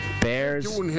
Bears